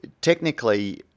technically